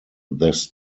this